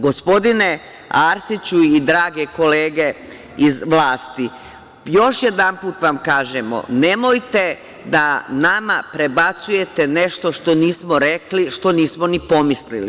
Gospodine Arsiću i drage kolege iz vlasti, još jedan put vam kažemo – nemojte da nama prebacujete nešto što nismo rekli, što nismo ni pomislili.